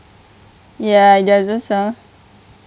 ya